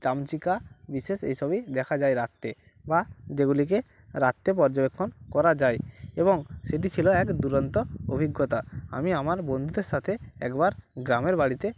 চামচিকা বিশেষ এই সবই দেখা যায় রাত্রে বা যেগুলিকে রাত্রে পর্যবেক্ষণ করা যায় এবং সেটি ছিল এক দুরন্ত অভিজ্ঞতা আমি আমার বন্ধুদের সাথে একবার গ্রামের বাড়িতে